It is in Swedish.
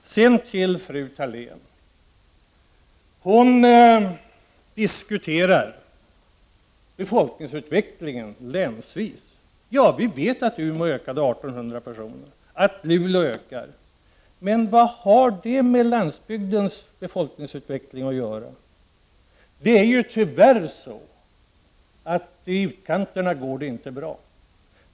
Sedan till fru Thalén. Hon diskuterar befolkningsutvecklingen länsvis. Ja, vi vet att Umeås befolkning ökade med 1 800 och att Luleås ökar. Men vad har det med landsbygdens befolkningsutveckling att göra? Det är ju tyvärr så att det i utkanterna inte går bra.